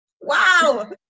Wow